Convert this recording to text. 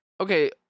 Okay